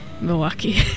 Milwaukee